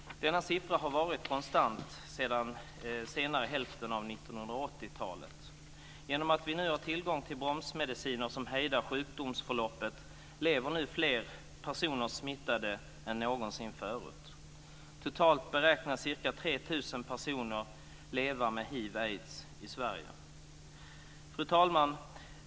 Denna siffra har varit konstant sedan senare hälften av 1980-talet. Genom att vi nu har tillgång till bromsmediciner som hejdar sjukdomsförloppet lever fler personer smittade än någonsin förut. Totalt beräknas ca 3 000 personer leva med aids/hiv i Sverige. Fru talman!